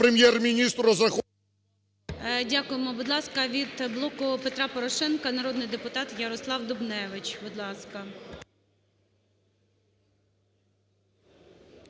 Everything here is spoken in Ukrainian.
Дякуємо. Будь ласка, від "Боку Петра Порошенка" народний депутат Ярослав Дубневич. Будь ласка.